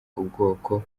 ubwoko